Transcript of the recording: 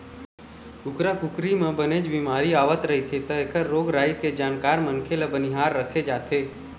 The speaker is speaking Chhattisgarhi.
कुकरा कुकरी म बनेच बिमारी आवत रहिथे त एखर रोग राई के जानकार मनखे ल बनिहार राखे जाथे